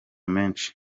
menshi